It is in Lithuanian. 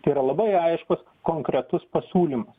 tai yra labai aiškus konkretus pasiūlymas